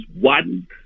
one